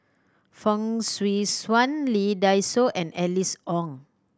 Fong Swee Suan Lee Dai Soh and Alice Ong